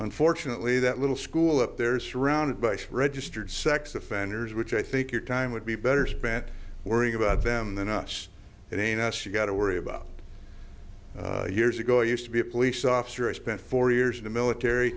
unfortunately that little school up there surrounded by should register sex offenders which i think your time would be better spent worrying about them than us at a nasty got to worry about years ago used to be a police officer i spent four years in the military